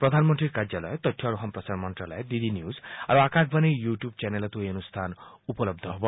প্ৰধানমন্ত্ৰীৰ কাৰ্যালয় তথ্য আৰু সম্প্ৰচাৰ মন্ত্ৰালয় ডি ডি নিউজ আৰু আকাশবাণীৰ ইউটিউব চেনেলতো এই অনুষ্ঠান উপলব্ধ হ'ব